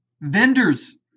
vendors